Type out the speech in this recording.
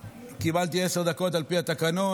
קיבלתי עשר דקות על פי התקנון,